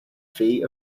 fee